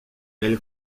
elle